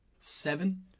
Seven